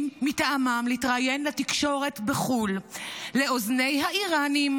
מטעמם להתראיין לתקשורת בחו"ל לאוזני האיראנים,